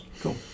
Cool